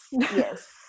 yes